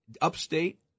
upstate